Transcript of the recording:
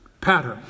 Pattern